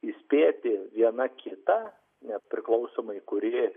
įspėti viena kitą nepriklausomai kuri